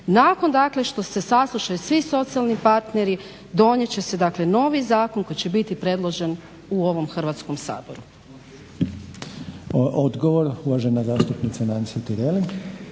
dakle što se saslušaju svi socijalni partneri donijeti će se novi zakon koji će biti predložen u ovom Hrvatskom saboru.